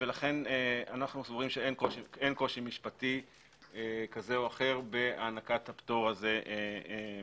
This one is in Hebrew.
לכן אנו סבורים שאין קושי משפטי כזה או אחר בהענקת הפטור הזה ממכרז.